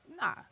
Nah